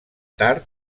tard